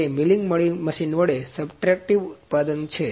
તેથી તે મિલિંગ વડે સબટ્રેક્ટિવ ઉત્પાદન છે